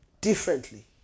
differently